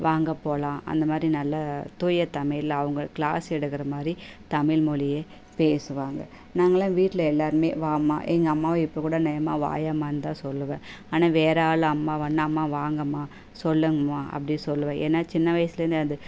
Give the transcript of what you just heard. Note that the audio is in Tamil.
வாங்க போகலாம் அந்த மாதிரி நல்ல தூயத்தமிழில் அவங்க க்ளாஸ் எடுக்கிற மாதிரி தமிழ் மொழிய பேசுவாங்க நாங்களாம் வீட்டில் எல்லோருமே வாம்மா எங்கள் அம்மாவை இப்போ கூட நேம்மா வாயேம்மா தான் சொல்லுவேன் ஆனால் வேறே ஆள் அம்மாவானா அம்மா வாங்கம்மா சொல்லுங்கம்மா அப்படி சொல்லுவேன் ஏன்னா சின்ன வயசிலேந்தே அது